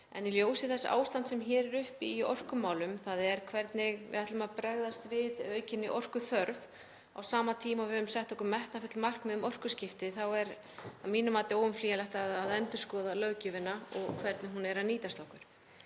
en í ljósi þess ástands sem hér er uppi í orkumálum, þ.e. hvernig við ætlum að bregðast við aukinni orkuþörf á sama tíma og við höfum sett okkur metnaðarfull markmið um orkuskipti, er að mínu mati óumflýjanlegt að endurskoða löggjöfina og hvernig hún nýtist okkur.